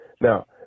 Now